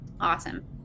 Awesome